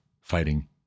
fighting